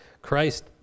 Christ